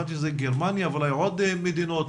גרמניה ואולי עוד מדינות.